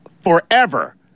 forever